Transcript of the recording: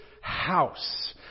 house